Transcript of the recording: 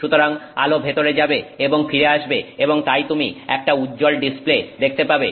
সুতরাং আলো ভেতরে যাবে এবং ফিরে আসবে এবং তাই তুমি একটা উজ্জ্বল ডিসপ্লে দেখতে পাবে